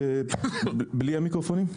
בלי מיקרופונים,